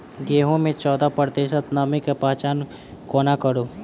गेंहूँ मे चौदह प्रतिशत नमी केँ पहचान कोना करू?